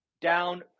down